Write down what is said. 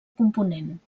component